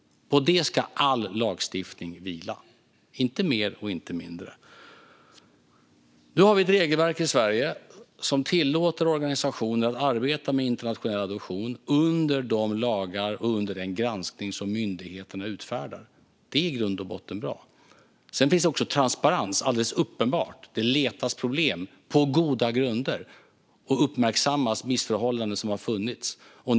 På det ska all lagstiftning vila, inte mer och inte mindre. I Sverige har vi ett regelverk som tillåter organisationer att arbeta med internationell adoption enligt de lagar som finns och med den granskning som myndigheterna gör. Det är i grund och botten bra. Det finns också transparens. Det är alldeles uppenbart att det letas problem, på goda grunder. Och missförhållanden som har funnits uppmärksammas.